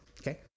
Okay